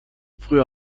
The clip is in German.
früher